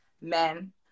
men